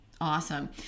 Awesome